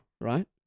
right